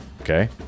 okay